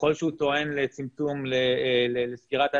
ככל שהוא טוען לסגירת העסק,